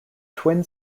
twin